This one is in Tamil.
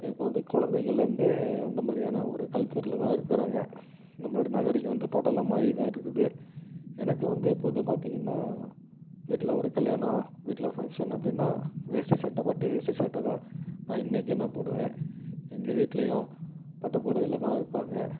இப்போ வந்து குழந்தைங்கள்லேருந்து அந்தமாதிரியான ஒரு கல்ச்சரில் தான் இருக்கிறாங்க நம்பளோடய நாகரீகம் வந்து டோட்டல்லாக மாறிதான் இருக்குது எனக்கு வந்து எப்போதும் பார்த்தீங்கன்னா வீட்டில் ஒரு கல்யாணம் வீட்டில் ஃபங்க்ஷன் அப்படீன்னா வேஷ்டி சட்டை பட்டு வேஷ்டி சட்டை தான் நான் இன்றைக்கும் நான் போடுவேன் எங்கள் வீட்டிலயும் பட்டு புடவைல தான் இருப்பாங்க